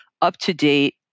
up-to-date